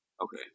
Okay